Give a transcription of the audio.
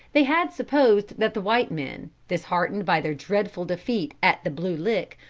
they had supposed that the white men, disheartened by their dreadful defeat at the blue lick,